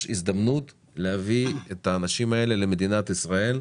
יש הזדמנות להביא את האנשים האלה למדינת ישראל.